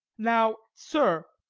now, sir,